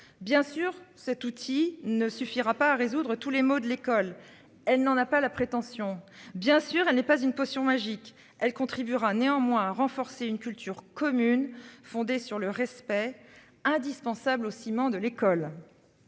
Bien sûr, cet outil ne suffira pas à résoudre tous les maux de l'école, elle n'en a pas la prétention bien sûr, elle n'est pas une potion magique elle contribuera néanmoins renforcer une culture commune fondée sur le respect indispensable au ciment de l'école.